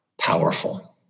powerful